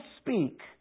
speak